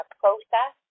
process